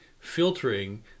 filtering